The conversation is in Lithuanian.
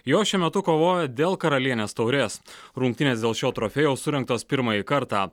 jos šiuo metu kovoja dėl karalienės taurės rungtynės dėl šio trofėjaus surengtos pirmąjį kartą